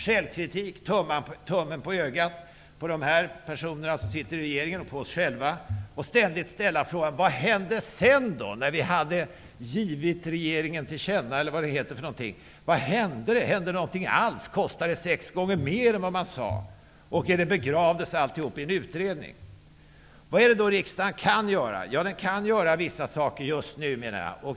Självkritik, tummen på ögat på oss själva och på dem som sitter i regeringen, och sedan skall vi fråga oss: Vad hände efter det att riksdagen hade givit regeringen till känna -- eller vad det heter för någonting. Vad hände? Hände det någonting alls? Kostade det sex gånger mer än vad man förutsatte? Varför begravdes alltihop i en utredning? Vad kan då riksdagen göra? Jo, den kan göra vissa saker just nu.